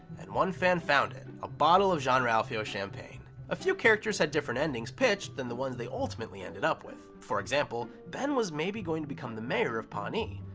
and one fan found it. a bottle of jean-ralphio champagne. a few characters had different endings pitched than the ones they ultimately ended up with. for example, ben was maybe going to become the mayor of pawnee.